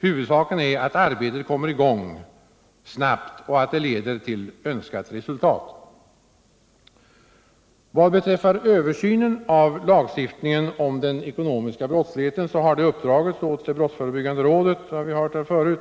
Huvudsaken är att arbetet kommer i gång snabbt och att det leder till önskat resultat. Vad beträffar översynen av lagstiftningen om den ekonomiska brottsligheten har det uppdragits åt brottsförebyggande rådet — såsom vi hört här förut